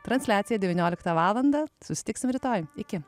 transliacija devynioliktą valandą susitiksime rytoj iki